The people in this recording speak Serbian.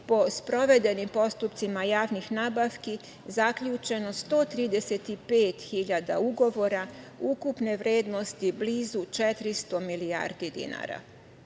po sprovedenim postupcima javnih nabavki zaključeno 135.000 ugovora ukupne vrednosti blizu 400 milijardi dinara. Ovaj